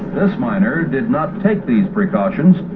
this miner did not take these precautions,